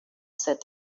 said